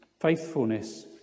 faithfulness